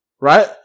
right